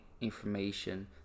information